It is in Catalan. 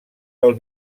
del